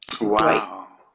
Wow